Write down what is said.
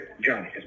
Johnny